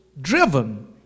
driven